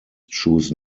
choose